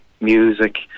music